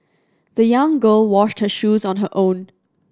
the young girl washed her shoes on her own